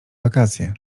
wakacje